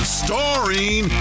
starring